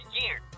year